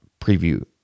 Preview